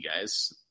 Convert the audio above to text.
guys